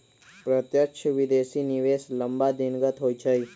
प्रत्यक्ष विदेशी निवेश लम्मा दिनगत होइ छइ